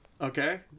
Okay